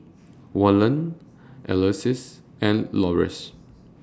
Waylon Alyse and Loris